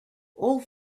all